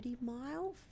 mile